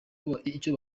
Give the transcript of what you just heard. icyo